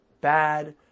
bad